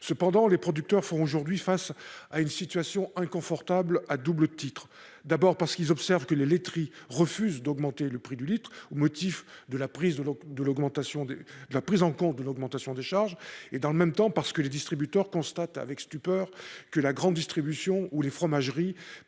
cependant, les producteurs font aujourd'hui face à une situation inconfortable à double titre : d'abord parce qu'ils observent que les laiteries refuse d'augmenter le prix du litre au motif de la prise de l'de l'augmentation de la prise en compte de l'augmentation des charges et dans le même temps, parce que les distributeurs constate avec stupeur que la grande distribution ou les fromageries